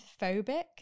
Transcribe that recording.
phobic